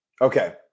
Okay